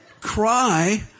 cry